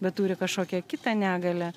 bet turi kažkokią kitą negalią